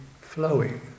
flowing